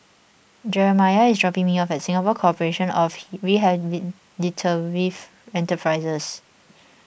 Jeremiah is dropping me off at Singapore Corporation of Rehabilitative Enterprises